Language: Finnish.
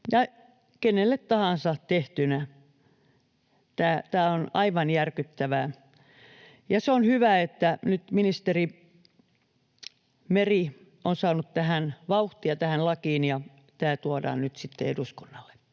Kenelle tahansa tehtynä tämä on aivan järkyttävää. On hyvä, että nyt ministeri Meri on saanut vauhtia tähän lakiin ja tämä tuodaan nyt sitten eduskunnalle